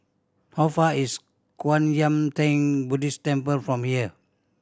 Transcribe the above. how far is Kwan Yam Theng Buddhist Temple from here